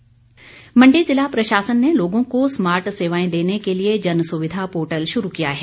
smart जिला मण्डी जिला प्रशासन ने लोगों को स्मार्ट सेवाएं देने के लिए जनसुविधा पोर्टल शुरू किया है